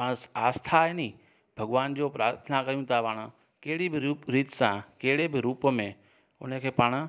पाण आस्था आहे नी भॻवान जो प्रार्थना कयूं त पाण कहिड़ी बि रीति सां कहिड़े बि रुप में उनखे पाण